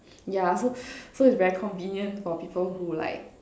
yeah so so is very convenient for people who like